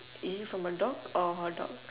is it from a dog or hotdog